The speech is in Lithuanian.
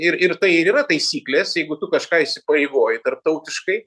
ir ir tai ir yra taisyklės jeigu tu kažką įsipareigoji tarptautiškai